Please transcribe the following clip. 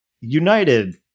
United